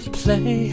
play